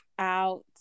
out